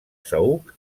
saüc